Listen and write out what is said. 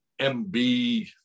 MB